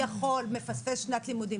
מפספס שנת לימודים,